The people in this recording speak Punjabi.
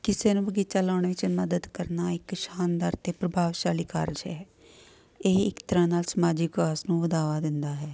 ਕਿਸੇ ਨੂੰ ਬਗੀਚਾ ਲਾਉਣਾ ਵਿੱਚ ਮਦਦ ਕਰਨਾ ਇੱਕ ਸ਼ਾਨਦਾਰ ਅਤੇ ਪ੍ਰਭਾਵਸ਼ਾਲੀ ਕਾਰਜ ਹੈ ਇਹ ਇੱਕ ਤਰ੍ਹਾਂ ਨਾਲ ਸਮਾਜਿਕ ਆਸ ਨੂੰ ਵਧਾਵਾ ਦਿੰਦਾ ਹੈ